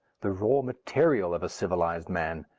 the raw material, of a civilized man.